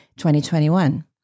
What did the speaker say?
2021